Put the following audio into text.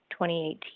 2018